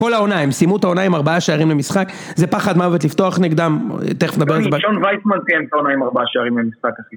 כל העונה, הם סיימו את העונה, ארבעה שערים למשחק, זה פחד מוות לפתוח נגדם תכף נדבר על זה